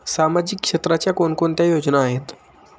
सामाजिक क्षेत्राच्या कोणकोणत्या योजना आहेत?